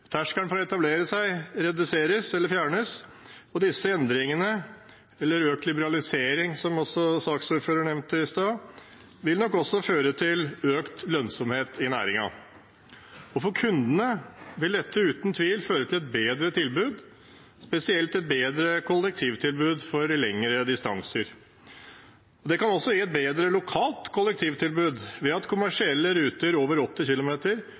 Terskelen for å etablere seg reduseres eller fjernes, og disse endringene, eller økt liberalisering som saksordføreren nevnte i stad, vil nok føre til økt lønnsomhet i næringen. For kundene vil dette uten tvil føre til et bedre tilbud, spesielt et bedre kollektivtilbud for lengre distanser. Det kan også gi et bedre lokalt kollektivtilbud ved at kommersielle ruter over 80 km